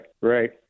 right